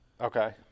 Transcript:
Okay